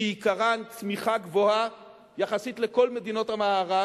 שעיקרם צמיחה גבוהה יחסית לכל מדינות המערב